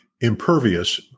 impervious